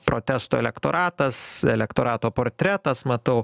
protesto elektoratas elektorato portretas matau